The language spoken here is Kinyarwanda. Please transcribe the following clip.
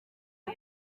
n’u